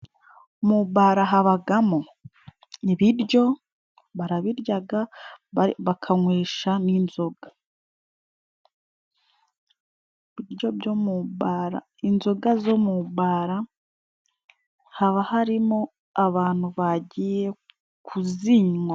Mubara habagamo ibiryo barabiryaga, bakanywesha n'inzoga. Inzoga zo mubara haba harimo abantu bagiye kuzinywa.